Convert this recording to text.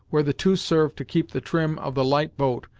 where the two served to keep the trim of the light boat,